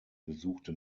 besuchte